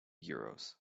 euros